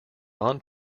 non